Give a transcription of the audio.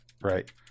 Right